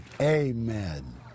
Amen